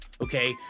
Okay